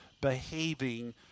behaving